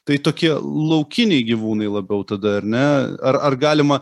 tai tokie laukiniai gyvūnai labiau tada ar ne ar ar galima